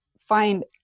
find